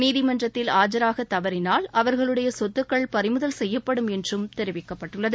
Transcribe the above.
நீதிமன்றத்தில் ஆஜராக தவறினால் அவர்களுடைய சொத்துக்கள் பறிமுதல் செய்யப்படும் என்றும் தெரிவிக்கப்பட்டுள்ளது